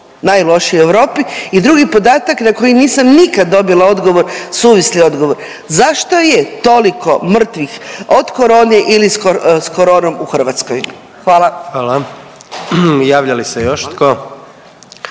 najlošiji u Europi. I drugi podatak na koji nisam nikada dobila odgovor, suvisli odgovor. Zašto je toliko mrtvih od korone ili s koronom u Hrvatskoj? Hvala. **Jandroković, Gordan